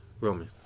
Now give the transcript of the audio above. Roman